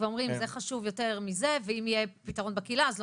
ואומרים 'זה חשוב יותר מזה ואם יהיה פתרון בקהילה אז לא